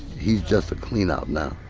he's just a cleanout now.